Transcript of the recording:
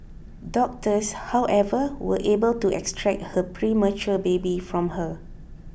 doctors however were able to extract her premature baby from her